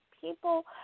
people